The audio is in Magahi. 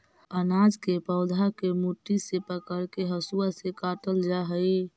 अनाज के पौधा के मुट्ठी से पकड़के हसुआ से काटल जा हई